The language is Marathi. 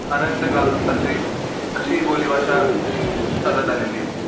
अनंत काल अशी अशी बोलीभाषा चालत आलेली आहे